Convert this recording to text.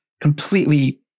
completely